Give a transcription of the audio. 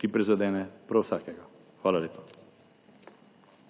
ki prizadene prav vsakega. Hvala lepa.